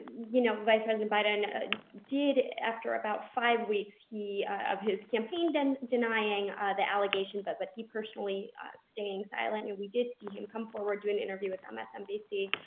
you know, vice president biden did after about five weeks, he of his campaign then denying the allegation, but but he personally staying silent, and we did see him come forward to an interview with um msnbc,